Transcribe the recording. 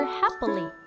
happily